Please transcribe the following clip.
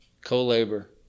Co-labor